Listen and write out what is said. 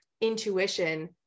intuition